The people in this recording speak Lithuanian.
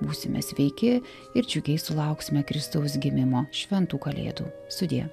būsime sveiki ir džiugiai sulauksime kristaus gimimo šventų kalėdų sudie